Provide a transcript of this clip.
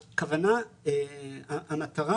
המטרה